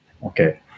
okay